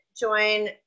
join